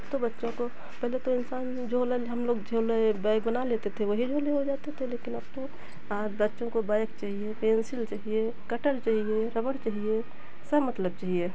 तो बच्चों को पहले तो इंसान झोला हम लोग झोले एक बैग बना लेते थे वही झोले हो जाते थे लेकिन अब तो आज बच्चों को बैग चाहिए पेन्सिल चाहिए कटर चाहिए रबड़ चाहिए सब मतलब चाहिए